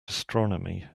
astronomy